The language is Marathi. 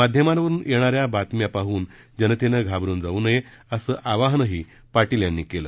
माध्यमांवरून येणाऱ्या बातम्या पाहून जनतेनं घाबरून जाऊ नये असं आवाहनही पाटील यांनी केलं